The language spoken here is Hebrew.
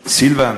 סילבן: